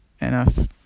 enough